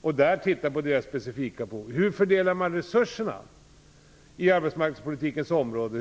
och att man där tittar på deras specifika behov. Hur fördelar man resurserna på arbetsmarknadspolitikens område?